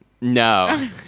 No